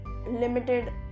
limited